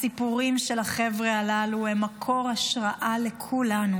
הסיפורים של החבר'ה הללו הם מקור השראה לכולנו.